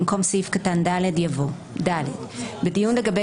במקום סעיף קטן (ד) יבוא: "(ד) בדיון לגבי